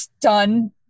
done